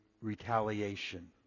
retaliation